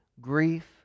grief